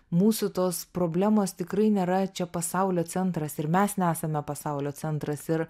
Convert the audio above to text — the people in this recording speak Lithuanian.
mūsų tos problemos tikrai nėra čia pasaulio centras ir mes nesame pasaulio centras ir